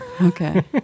Okay